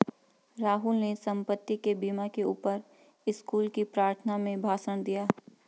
राहुल ने संपत्ति के बीमा के ऊपर स्कूल की प्रार्थना में भाषण दिया